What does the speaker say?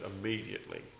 immediately